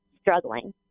struggling